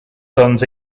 sons